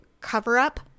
cover-up